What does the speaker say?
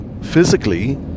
physically